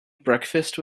breakfast